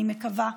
אני מקווה,